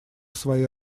своей